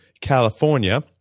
California